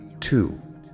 two